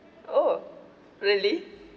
oh really